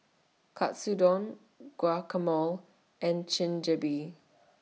Katsudon Guacamole and